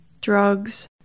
Drugs